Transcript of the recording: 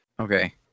Okay